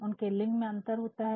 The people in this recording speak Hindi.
उनके लिंग में अंतर होता है